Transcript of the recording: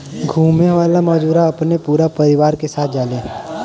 घुमे वाला मजूरा अपने पूरा परिवार के साथ जाले